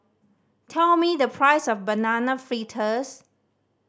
tell me the price of Banana Fritters